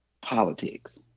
politics